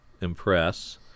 impress